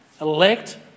Elect